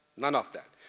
none of that.